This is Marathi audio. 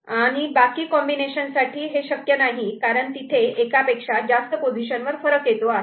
आणि बाकी कॉम्बिनेशन साठी हे शक्य नाही कारण तिथे एकापेक्षा जास्त पोझिशन वर फरक येतो आहे